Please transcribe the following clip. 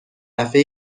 دفعه